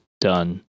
done